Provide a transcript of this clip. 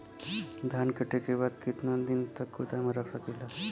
धान कांटेके बाद कितना दिन तक गोदाम में रख सकीला?